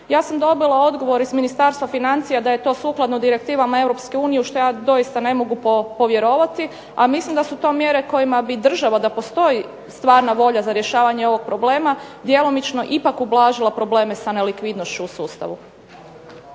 Ja sam dobila odgovor iz Ministarstva financija da je to sukladno direktivama Europske unije u što ja doista ne mogu povjerovati. A mislim da su to mjere kojima bi država, da postoji stvarna volja za rješavanje ovog problema djelomično ipak ublažila probleme sa nelikvidnošću u sustavu.